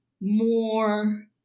more